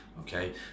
okay